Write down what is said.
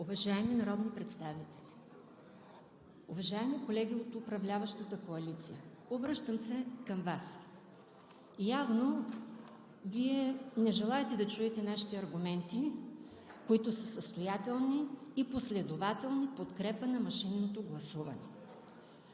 Уважаеми народни представители! Уважаеми колеги от управляващата коалиция, обръщам се към Вас. Явно Вие не желаете да чуете нашите аргументи, които са състоятелни и последователни в подкрепа на машинното гласуване.